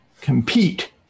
compete